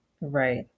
Right